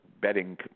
betting